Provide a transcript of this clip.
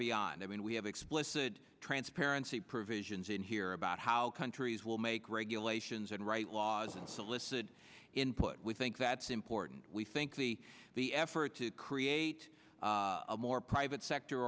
beyond i mean we have explicit transparency provisions in here about how countries will make regulations and write laws and solicit input we think that's important we think the the effort to create a more private sector